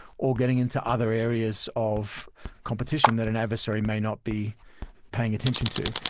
or getting into other areas of competition that an adversary may not be paying attention to.